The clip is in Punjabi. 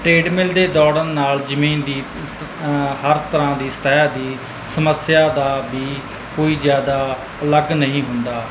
ਟਰੇਡ ਮਿਲ ਦੇ ਦੌੜਨ ਨਾਲ ਜ਼ਮੀਨ ਦੀ ਹਰ ਤਰ੍ਹਾਂ ਦੀ ਸਤਹਿ ਦੀ ਸਮੱਸਿਆ ਦਾ ਵੀ ਕੋਈ ਜ਼ਿਆਦਾ ਅਲੱਗ ਨਹੀਂ ਹੁੰਦਾ